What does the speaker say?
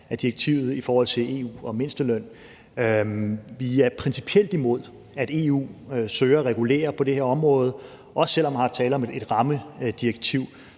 af direktivet fra EU om mindsteløn. Vi er principielt imod, at EU søger at regulere på det her område, også selv om der er tale om et rammedirektiv,